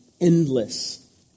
endless